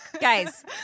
Guys